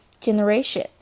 Generation